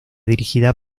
dirigida